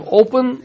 open